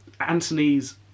Antony's